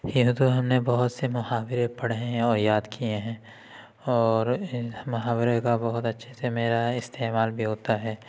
یوں تو ہم نے بہت سے محاورے پڑھے ہیں اور یاد کیے ہیں اور ان محاورے کا بہت اچھے سے میرا استعمال بھی ہوتا ہے